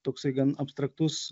toksai gan abstraktus